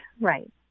Right